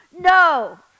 No